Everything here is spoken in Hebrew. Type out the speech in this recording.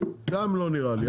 גם לא נראה לי.